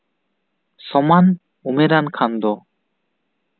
ᱥᱚᱢᱟᱱ ᱩᱢᱮᱨᱟᱱ ᱠᱷᱟᱱ ᱫᱚ